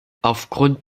aufgrund